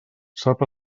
sap